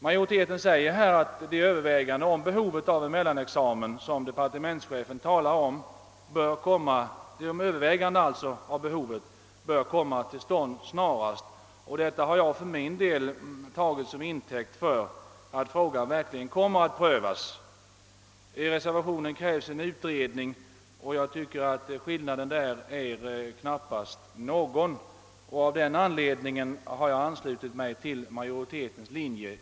Utskottet skriver att de överväganden angående behovet av en mellanexamen som departementschefen talar om bör komma till stånd snarast. Detta har jag för min del uppfattat så, att frågan verkligen kommer att prövas. I reservationen krävs en utredning, och jag tycker att det därvidlag knappast föreligger någon skillnad mellan utskottets skrivning och reservationens krav. Av den anledningen har jag i andra avdelningen anslutit mig till majoritetens linje.